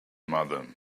mother